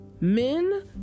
men